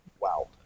Wow